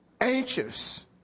Anxious